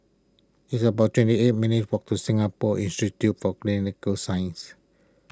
it's about twenty eight minutes' walk to Singapore Institute for Clinical Sciences